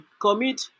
commit